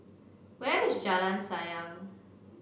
where is Jalan Sayang